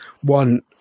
one